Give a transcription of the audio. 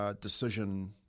Decision